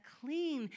clean